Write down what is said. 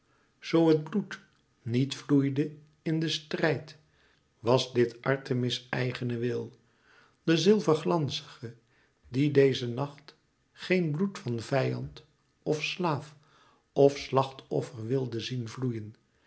zoo het bloed niet vloeide in den strijd was dit artemis eigene wil de zilverglanzige die deze nacht geen bloed van vijand of slaaf of slachtoffer wilde zien vloeien